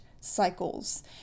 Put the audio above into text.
cycles